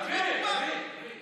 תביא, תביא.